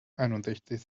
einundsechzig